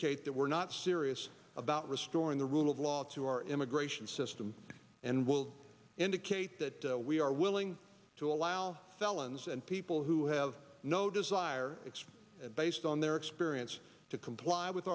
kate that we're not serious about restoring the rule of law to our immigration system and will indicate that we are willing to allow felons and people who have no desire it's based on their experience to comply with